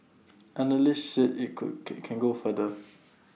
analysts say IT could can can go further